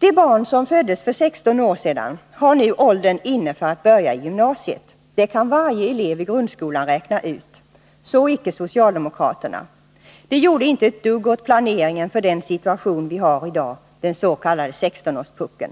De barn som föddes för 16 år sedan har nu åldern inne för att börja i gymnasiet. Det kan varje elev i grundskolan räkna ut. Så icke socialdemokraterna. De gjorde inte ett dugg åt planeringen för den situation vi har i dag — den s.k. 16-årspuckeln.